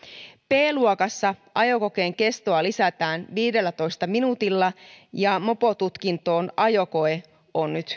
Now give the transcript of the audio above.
b luokassa ajokokeen kestoa lisätään viidellätoista minuutilla ja mopotutkinnossa ajokoe on